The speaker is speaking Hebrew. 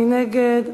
מי נגד?